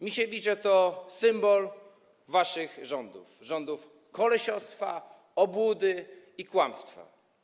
Misiewicze to symbol waszych rządów, rządów kolesiostwa, obłudy i kłamstwa.